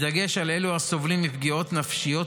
בדגש על אלו הסובלים מפגיעות נפשיות,